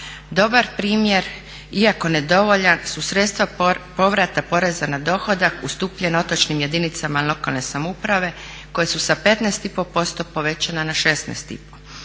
Dobar primjer, iako nedovoljan, su sredstva povrata poreza na dohodak ustupljen otočnim jedinicama lokalne samouprave koji su sa 15,5% povećana na 16,5%.